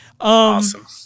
Awesome